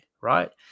Right